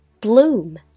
bloom